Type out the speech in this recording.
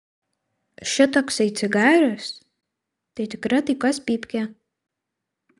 šitoksai cigaras tai tikra taikos pypkė